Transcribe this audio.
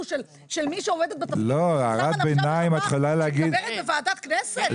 של מי שעובדת בתפקיד ושמה נפשה בכפה כשהיא מדברת בוועדת כנסת?